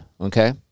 okay